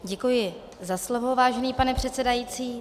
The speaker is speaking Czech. Děkuji za slovo, vážený pane předsedající.